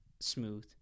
smooth